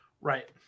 Right